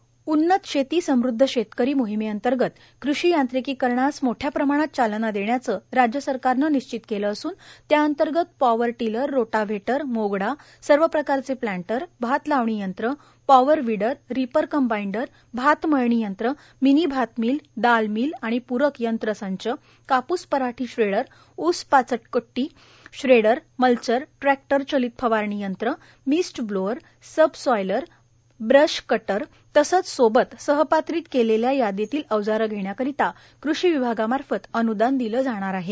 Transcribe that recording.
उन्नत शेती समध्द शेतकरी मोहीमअंतर्गत कृषि यांत्रिकीकरणास मोठ्या प्रमाणात चालना देण्याचे राज्य सरकारनं निश्चित केला असन त्याअंतर्गत पॉवर टिलर रोटाव्हेटर मोगडा सर्वप्रकारचे प्लांटर भात लावणी यंत्र power weeder reaper cum binder भात मळणी यंत्र मिनी भात मिल दाल मिल आणि प्रक यंत्र संच कापूस पऱ्हाटी श्रेडर ऊस पाचट कृट्टी श्रेडर मल्चर ट्रॅक्टर चलीत फवारणी यंत्र mist blower subsoiler brush cutter तसेच सोबत सहपत्रित केलेल्या यादीतील औजारे घेण्याकरिता कृषि विभागामार्फत अन्दान दिले जाणार आहे